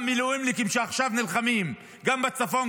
מילואימניקים שעכשיו נלחמים גם בצפון,